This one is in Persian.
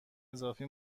اضافی